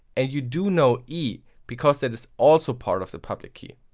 and you do know e, because that is also part of the public key.